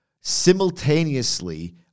simultaneously